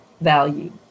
value